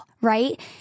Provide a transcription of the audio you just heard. right